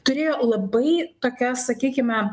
turėjo labai tokias sakykime